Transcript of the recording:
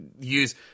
use